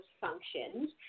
functions